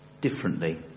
differently